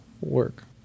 work